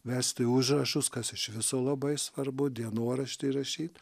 vesti užrašus kas iš viso labai svarbu dienoraštį rašyt